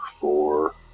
four